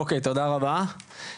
תודה רבה.